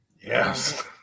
Yes